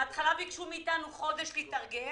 בתחילה ביקשו מאתנו חודש להתארגן.